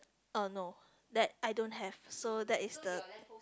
uh no that I don't have so that is the